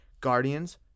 Guardians